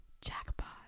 jackpot